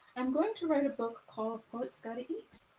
i'm going to write a book called poets gotta eat.